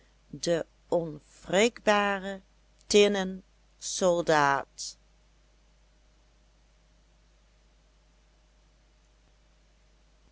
de tinnen soldaat